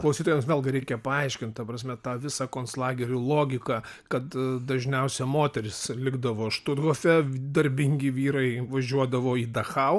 klausytojams vėlgi reikia paaiškint ta prasme tą visą konclagerių logiką kad dažniausia moterys likdavo štuthofe darbingi vyrai važiuodavo į dachau